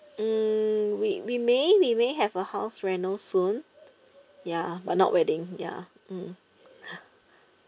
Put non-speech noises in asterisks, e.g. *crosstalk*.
hmm we we may we may have a house reno soon ya but not wedding ya mm *laughs*